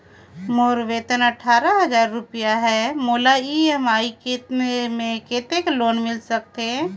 मोर वेतन अट्ठारह हजार रुपिया हे मोला ई.एम.आई मे कतेक लोन मिल सकथे?